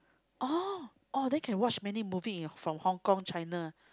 oh oh then can watch many movie in from Hong-Kong China